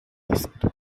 asked